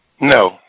No